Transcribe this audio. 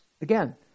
again